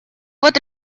вот